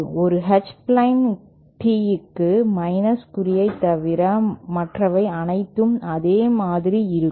ஒரு H plane Teeக்கு minus குறியை தவிர மற்றவை அனைத்தும் அதே மாதிரி இருக்கும்